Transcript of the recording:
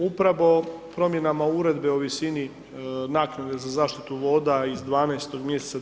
Upravo promjenama Uredbe o visini naknade za zaštitu voda iz 12. mj.